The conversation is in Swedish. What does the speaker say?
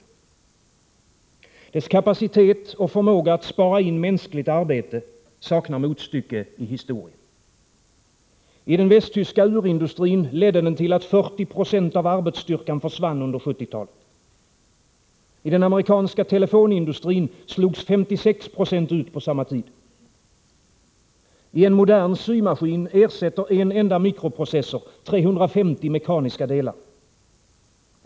Dess kapacitet och förmåga att spara in mänskligt arbete saknar motstycke i historien. I den västtyska urindustrin ledde den till att 40 20 av arbetsstyrkan försvann under 1970 talet. I den amerikanska telefonindustrin slogs 56 70 ut på samma tid. I en modern symaskin ersätter en enda mikroprocessor 350 mekaniska delar.